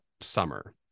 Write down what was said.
summer